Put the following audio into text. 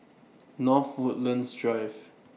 North Woodlands Drive